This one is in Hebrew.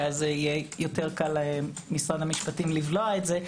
ואז יהיה יותר קל למשרד המשפטים לבלוע את זה.